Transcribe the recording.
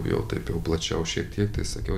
jau taip jau plačiau šiek tiek tai sakiau